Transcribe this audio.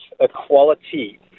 equality